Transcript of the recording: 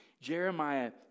Jeremiah